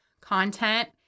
content